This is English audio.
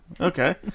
okay